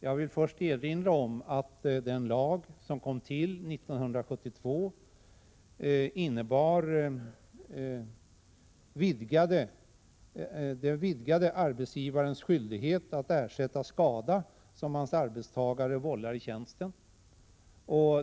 Jag vill först erinra om att den lag som kom till 1972 vidgade arbetsgivarens skyldighet att ersätta skada som hans arbetstagare vållar i tjänsten.